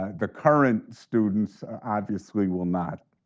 ah the current students obviously will not.